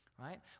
Right